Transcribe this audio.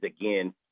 again